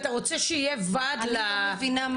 אתה רוצה שיהיה ועד למשטרה?